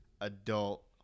adult